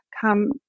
come